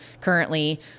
currently